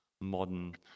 modern